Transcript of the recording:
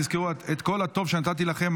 זכרו את כל הטוב שנתתי לכם,